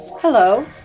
Hello